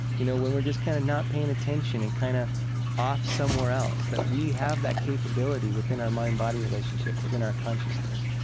you know, when we're just kind of not paying attention and kind of off somewhere else, that we have that capability within our mind-body relationship, within our consciousness,